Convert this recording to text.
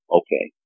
okay